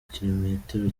kilometero